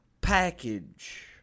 package